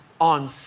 on